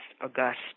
august